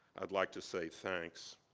i'd like to say thanks.